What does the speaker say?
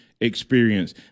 experience